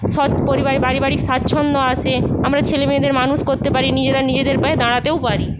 সৎ পরিবারে পারিবারিক স্বাচ্ছন্দ্য আসে আমরা ছেলে মেয়েদের মানুষ করতে পারি নিজেরা নিজেদের পায়ে দাঁড়াতেও পারি